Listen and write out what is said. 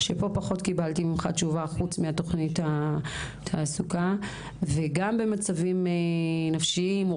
פה פחות קבלתי תשובה ממך מלבד תוכנית התעסוקה וגם במצבים נפשיים קשים,